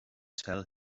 tell